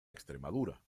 extremadura